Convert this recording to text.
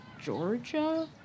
Georgia